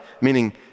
Meaning